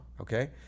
Okay